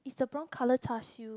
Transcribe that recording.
it's the brown colour char siew